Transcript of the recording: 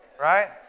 right